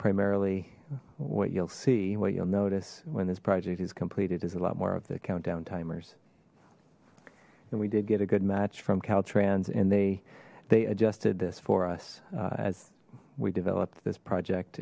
primarily what you'll see what you'll notice when this project is completed is a lot more of the countdown timers and we did get a good match from caltrans and they they adjusted this for us as we developed this project